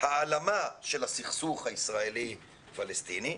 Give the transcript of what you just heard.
העלמה של הסכסוך הישראלי פלסטיני.